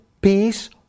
peace